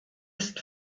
ist